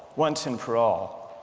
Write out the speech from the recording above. once and for all,